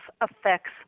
affects